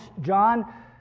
John